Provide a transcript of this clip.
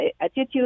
attitude